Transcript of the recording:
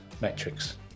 metrics